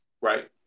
Right